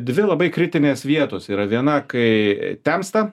dvi labai kritinės vietos yra viena kai temsta